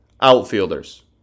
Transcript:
outfielders